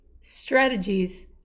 strategies